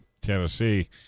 Tennessee